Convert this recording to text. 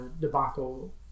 debacle